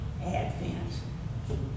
Advent